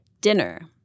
Dinner